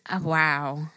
wow